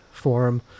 Forum